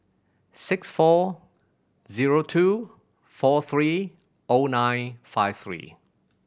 six four zero two four three O nine five three